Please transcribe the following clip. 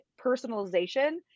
personalization